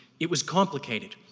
it was complicated.